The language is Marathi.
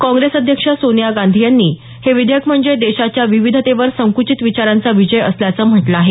काँग्रेस अध्यक्षा सोनिया गांधी यांनी हे विधेयक म्हणजे देशाच्या विविधतेवर संकुचित विचारांचा विजय असल्याचं म्हटलं आहे